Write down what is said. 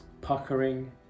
puckering